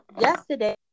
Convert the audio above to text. Yesterday